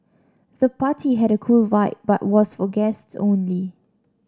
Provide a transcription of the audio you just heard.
the party had a cool vibe but was for guests only